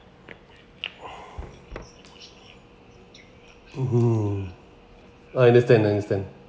mmhmm I understand understand